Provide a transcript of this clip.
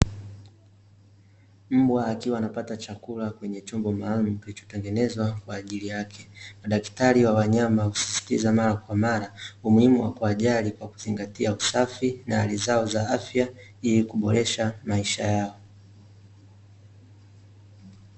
Mbwa akiwa anapata chakula kwenye chombo maalumu, kilichotengenezwa kwaajili yake. Madaktari wa wanyama husisitiza mara kwa mara, umihimu wa kuwajali kwa kuzingatia usafi na hali zao za afya ,ili kuboresha maisha yao.